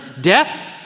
death